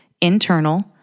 internal